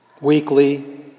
weekly